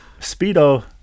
Speedo